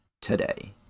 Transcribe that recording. today